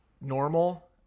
normal